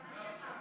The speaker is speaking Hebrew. גם אני הבנתי את זה